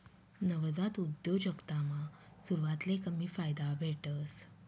नवजात उद्योजकतामा सुरवातले कमी फायदा भेटस